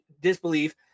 disbelief